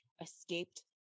escaped